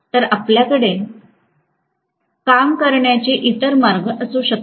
तर आपल्याकडे काम करण्याचे इतर मार्ग असू शकतात